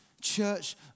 Church